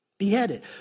beheaded